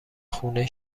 خونه